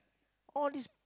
all these